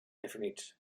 definits